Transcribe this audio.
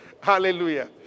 Hallelujah